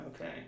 Okay